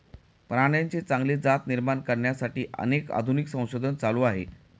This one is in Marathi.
प्राण्यांची चांगली जात निर्माण करण्यासाठी अनेक आधुनिक संशोधन चालू आहे